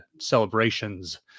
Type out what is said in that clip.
celebrations